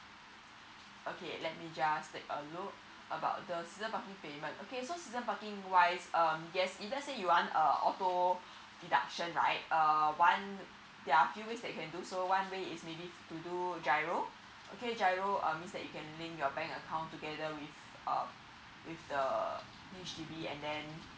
okay let me just take a look about the season parking payment okay so season parking wise um yes if let's say you want err auto deduction right err one there're few ways you can do so one way is maybe to do giro okay giro uh means that you can link your bank account together with uh with the H_D_B and then